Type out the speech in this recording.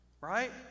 Right